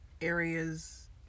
areas